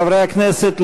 הכנסת,